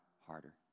harder